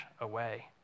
away